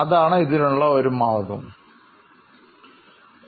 അതാണ് അതിനുള്ള ഒരു മാർഗം ശരി